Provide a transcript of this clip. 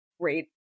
Great